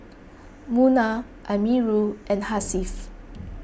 Munah Amirul and Hasif